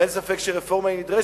ואין ספק שרפורמה נדרשת,